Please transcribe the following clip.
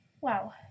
Wow